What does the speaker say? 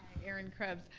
erin krebs.